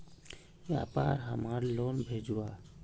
व्यापार हमार लोन भेजुआ?